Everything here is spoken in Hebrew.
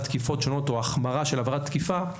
תקיפות שונות או החמרה של עבירת תקיפה,